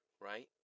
right